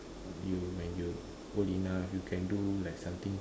you when you old enough you can do like something